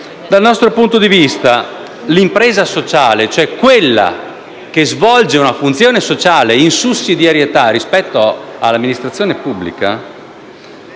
Dal nostro punto di vista, l'impresa sociale, cioè quella che svolge una funzione sociale, in sussidiarietà rispetto all'amministrazione pubblica,